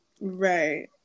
Right